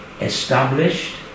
established